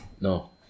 No